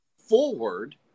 forward